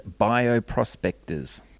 bioprospectors